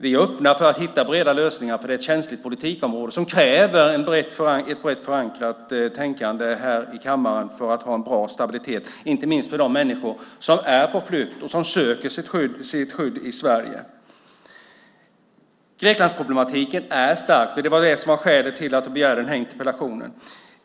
Vi är öppna för att hitta breda lösningar, för detta är ett känsligt politikområde som kräver ett brett förankrat tänkande här i kammaren om det ska ha en bra stabilitet. Det gäller inte minst de människor som är på flykt och som söker sitt skydd i Sverige. Greklandsproblematiken är stark. Det var skälet till att jag ställde interpellationen.